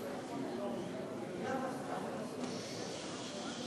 הצעת חוק הטבות לניצולי שואה (תיקון,